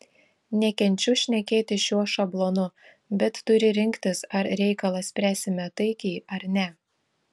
nekenčiu šnekėti šiuo šablonu bet turi rinktis ar reikalą spręsime taikiai ar ne